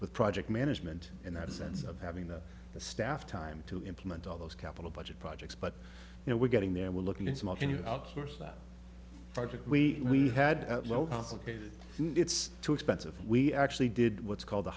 with project management and that sense of having a staff time to implement all those capital budget projects but you know we're getting there and we're looking in small to new outsource that project we had it's too expensive we actually did what's called the